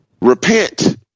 Repent